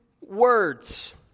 words